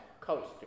coast